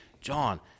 John